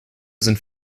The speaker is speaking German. sind